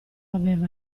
aveva